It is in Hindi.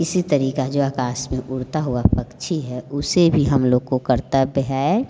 इसी तरीका जो आकास में उड़ता हुआ पक्षी है उसे भी हम लोग को कर्तव्य है